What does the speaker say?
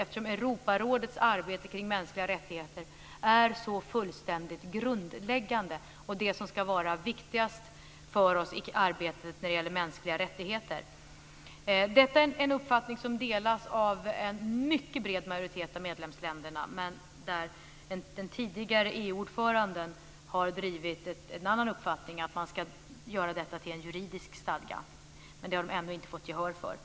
Europarådets arbete kring mänskliga rättigheter är ju så fullständigt grundläggande och är det som ska vara viktigast för oss i arbetet när det gäller mänskliga rättigheter. Detta är en uppfattning som delas av en mycket bred majoritet av medlemsländerna. Den tidigare EU ordföranden har drivit en annan uppfattning, och det är att detta ska göras till en juridisk stadga. Men man har ännu inte fått gehör för det.